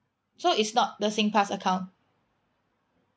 so it's not the singpass account